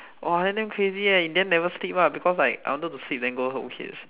!wah! then damn crazy leh in the end never sleep lah because like I wanted to sleep then go